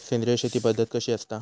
सेंद्रिय शेती पद्धत कशी असता?